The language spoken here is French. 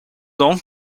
donc